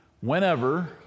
Whenever